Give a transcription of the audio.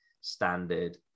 standard